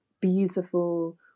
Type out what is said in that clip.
beautiful